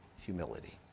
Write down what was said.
humility